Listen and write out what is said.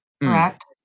Correct